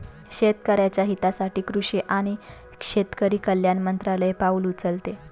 शेतकऱ्याच्या हितासाठी कृषी आणि शेतकरी कल्याण मंत्रालय पाउल उचलते